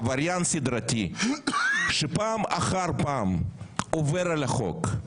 עבריין סדרתי שפעם אחר פעם עובר על החוק,